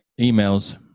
Emails